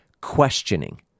questioning